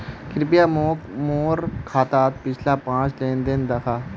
कृप्या मोक मोर खातात पिछला पाँच लेन देन दखा